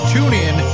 TuneIn